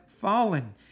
fallen